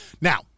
Now